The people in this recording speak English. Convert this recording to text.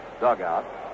dugout